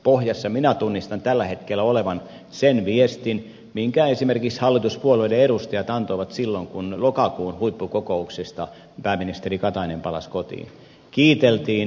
pohjalla minä tunnistan tällä hetkellä olevan sen viestin minkä esimerkiksi hallituspuolueiden edustajat antoivat silloin kun pääministeri katainen palasi kotiin lokakuun huippukokouksesta